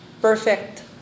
perfect